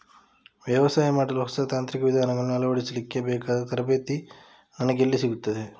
ವ್ಯವಸಾಯ ಮಾಡಲು ಹೊಸ ತಾಂತ್ರಿಕ ವಿಧಾನಗಳನ್ನು ಅಳವಡಿಸಲಿಕ್ಕೆ ಬೇಕಾದ ತರಬೇತಿ ನನಗೆ ಎಲ್ಲಿ ಸಿಗುತ್ತದೆ?